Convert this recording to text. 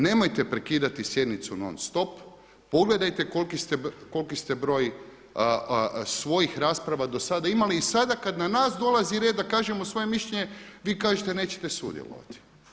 Nemojte prekidati sjednicu non stop, pogledajte koliki ste broj svojih rasprava do sada imali i sada kada na nas dolazi red da kažemo svoje mišljenje, vi kažete nećete sudjelovati.